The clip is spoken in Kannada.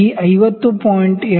20 ಗೆ 0